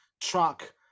truck